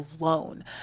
alone